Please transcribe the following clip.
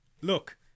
Look